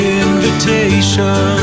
invitation